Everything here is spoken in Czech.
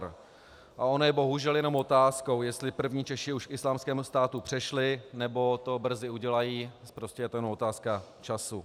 A ono je bohužel jenom otázkou, jestli první Češi už k Islámskému státu přešli, nebo to brzy udělají, prostě je to jenom otázka času.